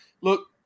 Look